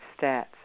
stats